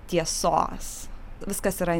tiesos viskas yra